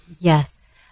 Yes